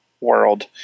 world